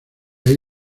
ahí